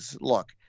look